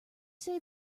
say